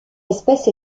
espèce